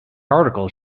article